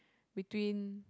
between